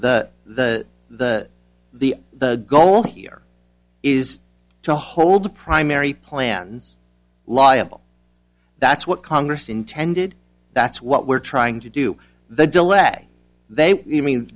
the the the the the goal here is to hold the primary plan's liable that's what congress intended that's what we're trying to do the delay they